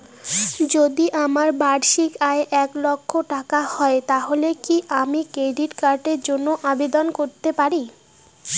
যদি আমার বার্ষিক আয় এক লক্ষ টাকা হয় তাহলে কি আমি ক্রেডিট কার্ডের জন্য আবেদন করতে পারি?